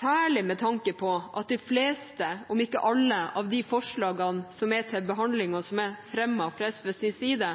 særlig med tanke på at de fleste, om ikke alle, av de forslagene som er til behandling, og som er fremmet fra SVs side,